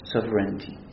sovereignty